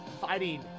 fighting